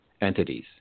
Entities